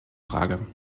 frage